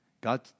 God